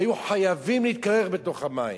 היו חייבים להתקרר בתוך המים.